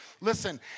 Listen